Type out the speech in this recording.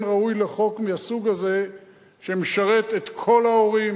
ראוי לחוק מהסוג הזה שמשרת את כל ההורים,